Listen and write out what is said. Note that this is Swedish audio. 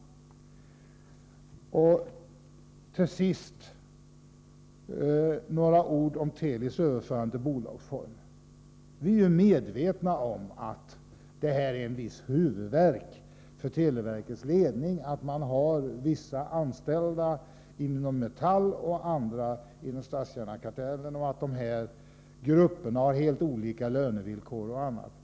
Till sist vill jag säga några ord om Telis överförande till bolagsform. Vi är medvetna om att det ger televerkets ledning en del huvudvärk att man har vissa anställda inom Metall och andra inom statstjänarkartellen och att dessa grupper har helt olika lönevillkor m.m.